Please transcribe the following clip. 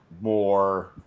more